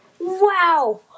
Wow